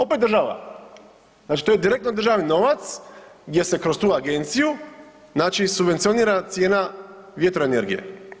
Opet država, znači to je direktno državni novac gdje se kroz tu agenciju subvencionira cijena vjetroenergije.